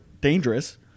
dangerous